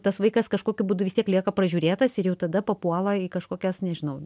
tas vaikas kažkokiu būdu vis tiek lieka pražiūrėtas ir jau tada papuola į kažkokias nežinau